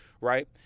right